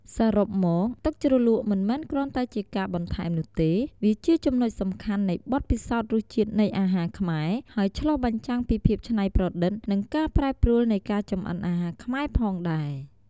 សរុបមក ទឹកជ្រលក់មិនមែនគ្រាន់តែជាការបន្ថែមនោះទេ វាជាចំណុចសំខាន់នៃបទពិសោធន៍រសជាតិនៃអាហារខ្មែរ ហើយឆ្លុះបញ្ចាំងពីភាពច្នៃប្រឌិត និងការប្រែប្រួលនៃការចម្អិនអាហារខ្មែរផងដែរ។